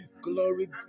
Glory